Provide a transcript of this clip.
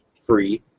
free